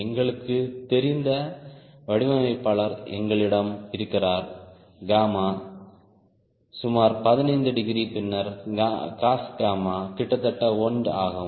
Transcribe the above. எங்களுக்குத் தெரிந்த வடிவமைப்பாளர் எங்களிடம் இருக்கிறார் சுமார் 15 டிகிரி பின்னர் cos கிட்டத்தட்ட 1 ஆகும்